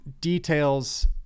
details